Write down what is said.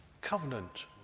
Covenant